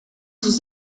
sus